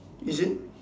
is it